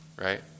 right